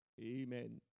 Amen